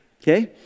Okay